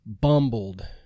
bumbled